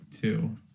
two